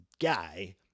guy